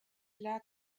lag